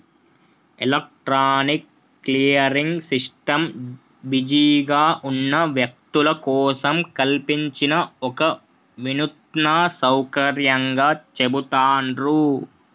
electronic clearing system బిజీగా ఉన్న వ్యక్తుల కోసం కల్పించిన ఒక వినూత్న సౌకర్యంగా చెబుతాండ్రు